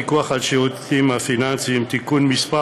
הצעת חוק הפיקוח על שירותים פיננסיים (תיקון מס'